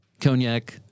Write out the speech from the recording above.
cognac